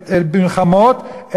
מלחמות,